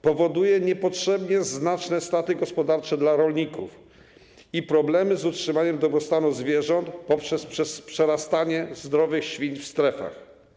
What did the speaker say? Przynosi niepotrzebnie znaczne straty gospodarcze dla rolników i problemy z utrzymaniem dobrostanu zwierząt poprzez przerastanie zdrowych świń w strefach.